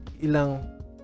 ilang